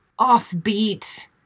offbeat